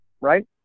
right